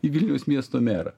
į vilniaus miesto merą